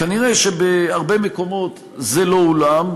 כנראה בהרבה מקומות זה לא הולאם,